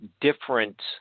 different